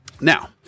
Now